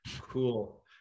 cool